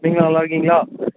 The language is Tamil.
நீங்கள் நல்லாருக்கிங்களா